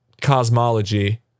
cosmology